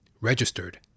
registered